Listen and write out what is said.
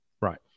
Right